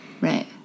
Right